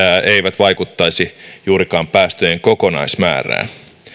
eivät vaikuttaisi juurikaan päästöjen kokonaismäärään